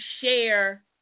share